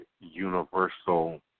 universal